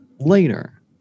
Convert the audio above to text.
later